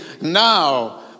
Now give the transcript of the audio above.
now